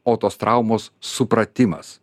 o tos traumos supratimas